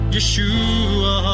Yeshua